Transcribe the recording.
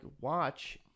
watch